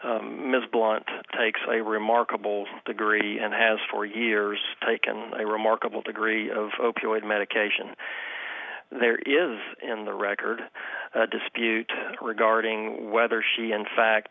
ms blunt takes a remarkable degree and has for years taken a remarkable degree of opioid medication there is in the record dispute regarding whether she in fact